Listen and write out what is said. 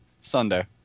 sunday